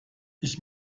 ich